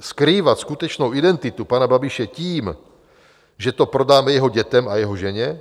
Skrývat skutečnou identitu pana Babiše tím, že to prodáme jeho dětem a jeho ženě?